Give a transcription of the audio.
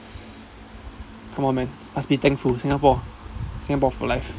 come on man must be thankful singapore singapore for life